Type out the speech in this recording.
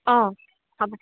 অ হ'ব